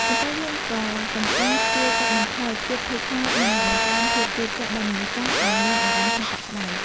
ប៉ុន្តែយើងក៏កំពុងជួយកាត់បន្ថយភាពភ័យខ្លាច និងបង្កើនភាពជឿជាក់ដល់មនុស្សចាស់ឱ្យមានអារម្មណ៍ថាកក់ក្ដៅ។